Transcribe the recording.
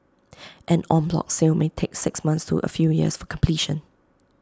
an en bloc sale may take six months to A few years for completion